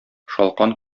шалкан